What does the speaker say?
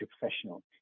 professional